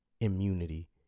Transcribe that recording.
immunity